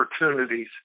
opportunities